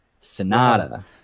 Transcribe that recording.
Sonata